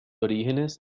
orígenes